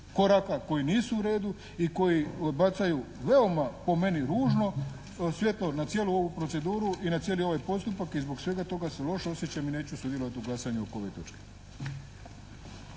koraka koji nisu u redu i koji bacaju veoma po meni ružno svjetlo na cijelu ovu proceduru i na cijeli ovaj postupak i zbog svega toga se loše osjećam i neću sudjelovati u glasanju oko ove točke.